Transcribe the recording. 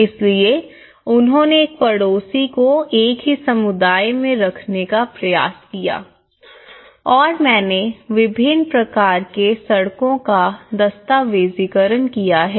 इसलिए उन्होंने एक पड़ोसी को एक ही समुदाय में रखने का प्रयास किया और मैंने विभिन्न प्रकार के सड़कों का दस्तावेजीकरण किया है